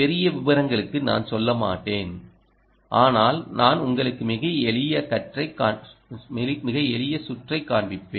பெரிய விவரங்களுக்கு நான் செல்லமாட்டேன் ஆனால் நான் உங்களுக்கு மிக எளிய சுற்றை காண்பிப்பேன்